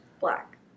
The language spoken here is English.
Black